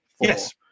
Yes